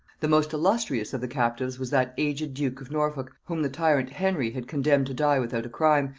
the most illustrious of the captives was that aged duke of norfolk whom the tyrant henry had condemned to die without a crime,